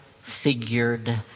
figured